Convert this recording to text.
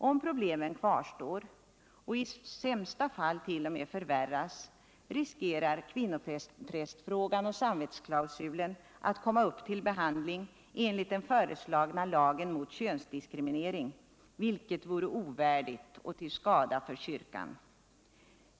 Om problemen kvarstår — och i sämsta fall t.o.m. förvärras — riskerar kvinnoprästfrågan och samvetsklausulen att komma upp till behandling enligt den föreslagna lagen mot könsdiskriminering, vilket vore ovärdigt och till skada för kyrkan.